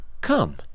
Come